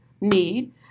need